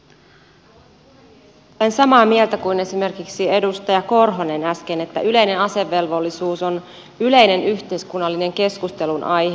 olen samaa mieltä kuin esimerkiksi edustaja korhonen äsken että yleinen asevelvollisuus on yleinen yhteiskunnallinen keskustelun aihe